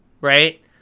right